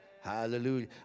Hallelujah